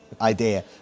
idea